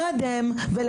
בשל